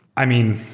i mean,